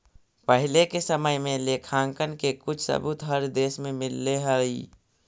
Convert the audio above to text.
पहिले के समय में लेखांकन के कुछ सबूत हर देश में मिलले हई